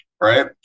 Right